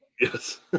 Yes